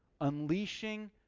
Unleashing